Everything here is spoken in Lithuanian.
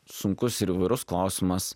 sunkus ir įvairus klausimas